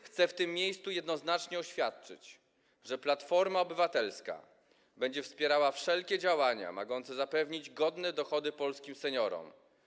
Chcę w tym miejscu jednoznacznie oświadczyć, że Platforma Obywatelska będzie wspierała wszelkie działania mogące zapewnić godne dochody polskim seniorom.